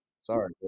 sorry